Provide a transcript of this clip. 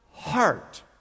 heart